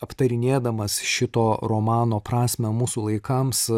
aptarinėdamas šito romano prasmę mūsų laikams